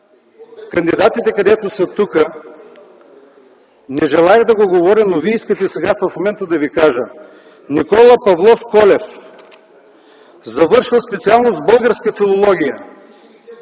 кандидатите, които са тук, не желаех да говоря, но Вие искате сега да Ви кажа: Никола Павлов Колев – завършил специалност „Българска филология”